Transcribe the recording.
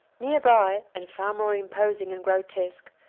near-by, and far more imposing and grotesque,